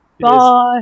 Bye